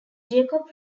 jacob